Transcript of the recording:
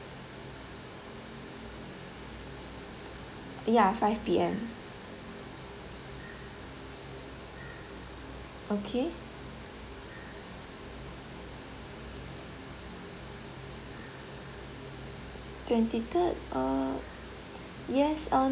ya five P_M okay twenty third err yes uh